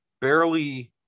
barely